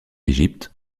égypte